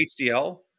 HDL